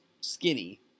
skinny